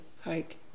hike